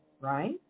right